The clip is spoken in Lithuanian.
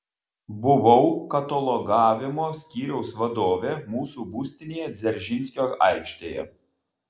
buvau katalogavimo skyriaus vadovė mūsų būstinėje dzeržinskio aikštėje